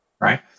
right